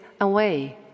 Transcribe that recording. away